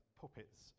puppets